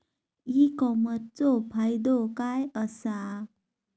E कॉमर्सचो फायदो काय असा?